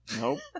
Nope